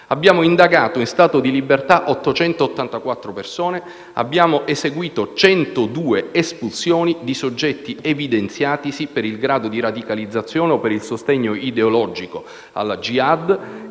Abbiamo indagato in stato di libertà 884 persone ed eseguito 102 espulsioni di soggetti evidenziatisi per il grado di radicalizzazione o per il sostegno ideologico alla jihad